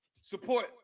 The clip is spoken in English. support